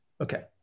Okay